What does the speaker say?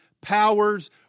powers